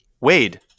Wade